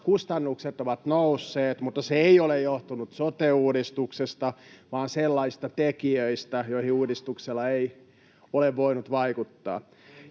rakentama himmeli!] mutta se ei ole johtunut sote-uudistuksesta vaan sellaisista tekijöistä, joihin uudistuksella ei ole voinut vaikuttaa.